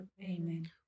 Amen